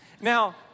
Now